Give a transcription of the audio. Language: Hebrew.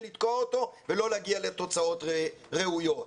לתקוע אותו ולא להגיע לתוצאות ראויות.